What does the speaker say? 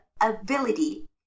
ability